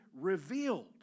revealed